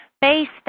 based